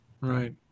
right